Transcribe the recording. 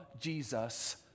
Jesus